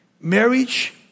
Marriage